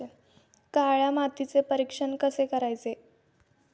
काळ्या मातीचे परीक्षण कसे करायचे?